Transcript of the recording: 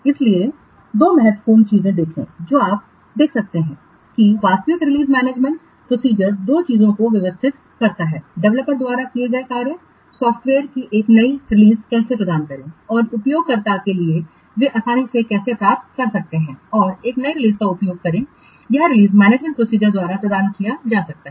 इसलिए दो महत्वपूर्ण चीजें देखें जो आप देख सकते हैं कि वास्तविक रिलीज मैनेजमेंट प्रोसीजरदो चीजों को व्यवस्थित करती है डेवलपर्स द्वारा किए गए कार्य सॉफ्टवेयर की एक नई रिलीज कैसे प्रदान करें और उपयोगकर्ताओं के लिए वे आसानी से कैसे प्राप्त कर सकते हैं और एक नई रिलीज का उपयोग करें यह रिलीज मैनेजमेंट प्रोसीजरद्वारा प्रदान किया जा सकता है